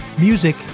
Music